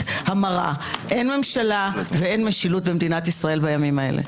המרה אין ממשלה ואין משילות במדינת ישראל בימים אלו.